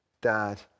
Dad